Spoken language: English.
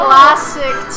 Classic